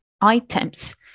items